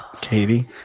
Katie